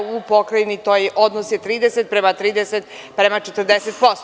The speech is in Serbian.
U pokrajini taj odnos je 30 prema 30 prema 40%